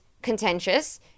contentious